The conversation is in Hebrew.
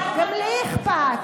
גם לי אכפת.